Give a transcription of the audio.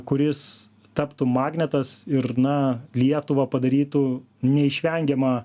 kuris taptų magnetas ir na lietuvą padarytų neišvengiamą